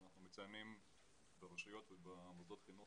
אנחנו מציינים ברשויות ובמוסדות החינוך